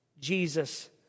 Jesus